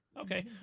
Okay